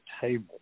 table